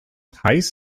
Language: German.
heiß